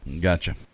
Gotcha